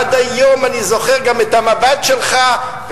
עד היום אני זוכר גם את המבט שלך,